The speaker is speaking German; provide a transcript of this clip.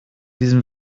diesem